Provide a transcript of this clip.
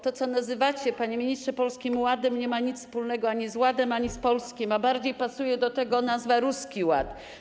To, co nazywacie, panie ministrze, Polskim Ładem, nie ma nic wspólnego ani z ładem, ani z polskim, a bardziej pasuje do tego nazwa: ruski ład.